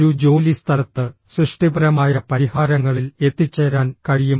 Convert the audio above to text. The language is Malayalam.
ഒരു ജോലിസ്ഥലത്ത് സൃഷ്ടിപരമായ പരിഹാരങ്ങളിൽ എത്തിച്ചേരാൻ കഴിയും